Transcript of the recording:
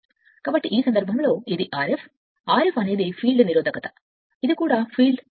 కాబట్టి ఈ సందర్భంలో ఇది Rf Rf అనేది ఫీల్డ్ నిరోధకత ఇది కూడా మారే ఫీల్డ్